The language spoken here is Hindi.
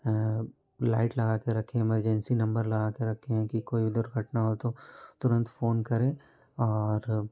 लाइट लगाके रखे हैं इमरजेंसी नंबर लगाके रखे हैं कि कोई भी दुर्घटना हो तो तुरंत फ़ोन करें और